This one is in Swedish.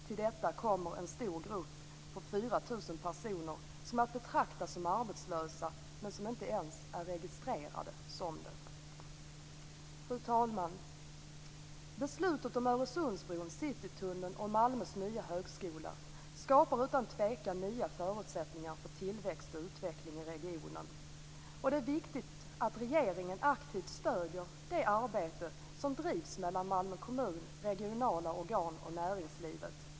Till detta kommer en stor grupp på 4 000 personer som är att betrakta som arbetslösa men som inte ens är registrerade som arbetslösa. Fru talman! Beslutet om Öresundsbron, Citytunneln och Malmös nya högskola skapar utan tvekan nya förutsättningar för tillväxt och utveckling i regionen. Det är viktigt att regeringen aktivt stöder det arbete som drivs mellan Malmö kommun, regionala organ och näringslivet.